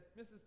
Mrs